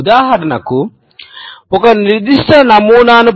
ఉదాహరణకు ఒక నిర్దిష్ట నమూనాను